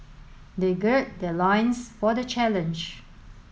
they gird their loins for the challenge